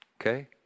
Okay